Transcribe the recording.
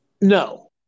No